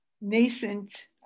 nascent